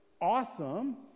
awesome